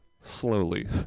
Slowly